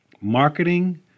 Marketing